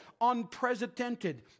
Unprecedented